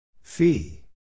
Fee